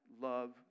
love